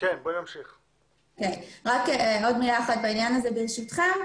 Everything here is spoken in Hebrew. עוד מילה ברשותך.